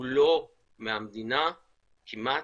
הוא לא מהמדינה כמעט,